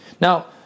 Now